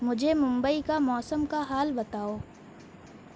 مجھےممبئی کا موسم کا حال بتاؤ